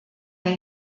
der